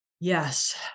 Yes